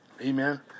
Amen